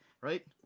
right